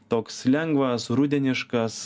toks lengvas rudeniškas